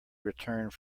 returned